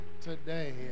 today